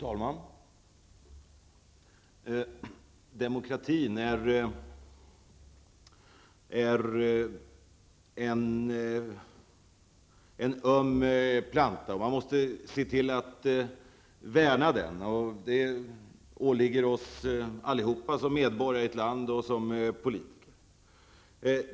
Fru talman! Demokratin är en öm planta. Man måste se till att värna den. Det åligger oss allihopa som medborgare i ett land och som politiker.